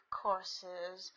courses